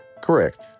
Correct